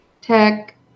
tech